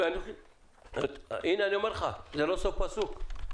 זה לא סוף פסוק.